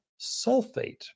sulfate